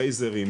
רייזרים,